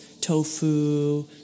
tofu